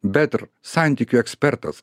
bet ir santykių ekspertas